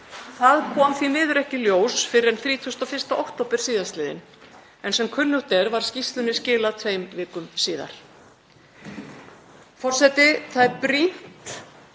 Það kom því miður ekki í ljós fyrr en 31. október síðastliðinn en sem kunnugt er var skýrslunni skilað tveim vikum síðar. Forseti. Það er brýnt